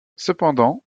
cependant